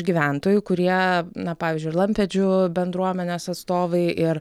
gyventojų kurie na pavyzdžiui lampėdžių bendruomenės atstovai ir